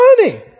money